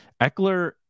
Eckler